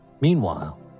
Meanwhile